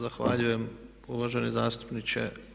Zahvaljujem uvaženi zastupniče.